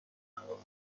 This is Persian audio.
بنوازم